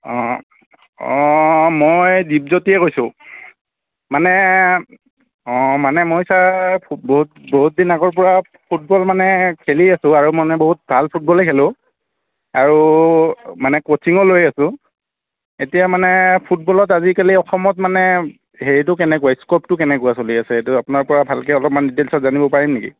অ' অ' মই দিপজ্যোতিয়ে কৈছোঁ মানে অ' মানে মই ছাৰ বহুত বহুত দিন আগৰ পৰা ফুটবল মানে খেলি আছোঁ আৰু মানে বহুত ভাল ফুটবলেই খেলোঁ আৰু মানে ক'চিঙো লৈ আছোঁ এতিয়া মানে ফুটবলত আজিকালি অসমত মানে হেৰিটো কেনেকুৱা স্কপটো কেনেকুৱা চলি আছে এইটো আপোনাৰ পৰা ভালকৈ অলপমান ডিটেইলছত জানিব পাৰিম নেকি